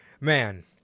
man